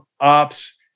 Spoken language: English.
ops